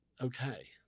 okay